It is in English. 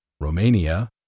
Romania